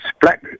black